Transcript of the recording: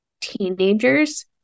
teenagers